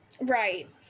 Right